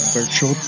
Virtual